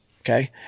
okay